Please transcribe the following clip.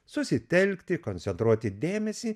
susitelkti koncentruoti dėmesį